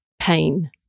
pain